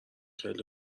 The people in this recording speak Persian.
خیلی